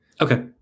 Okay